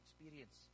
experience